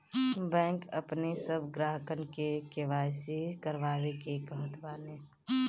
bank अपनी सब ग्राहकन के के.वाई.सी करवावे के कहत बाने